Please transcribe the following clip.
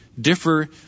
differ